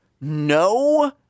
no